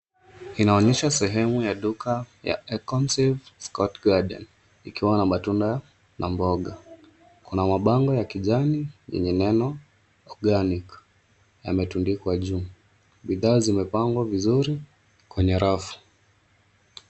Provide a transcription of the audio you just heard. Inaonyesha sehemu ya duka ya Econsave Scott Garden , ikiwa na matunda na mboga. Kuna mabango ya kijani yenye neno Organic yametundikwa juu. Bidhaa zimepangwa vizuri kwenye rafu.